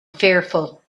fearful